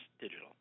digital